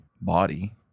body